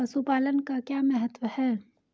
पशुपालन का क्या महत्व है?